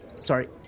sorry